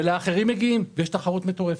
ולאחרים מגיעים, ויש תחרות מטורפת.